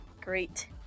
great